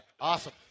Awesome